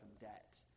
debt